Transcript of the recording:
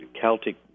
Celtic